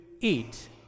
eat